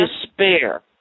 Despair